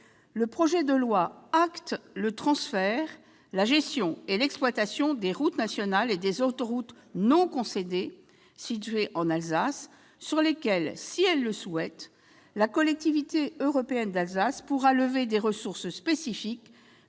le projet de loi entérine le transfert, la gestion et l'exploitation des routes nationales et des autoroutes non concédées situées en Alsace, sur lesquelles, si elle le souhaite, la Collectivité européenne d'Alsace pourra lever des ressources spécifiques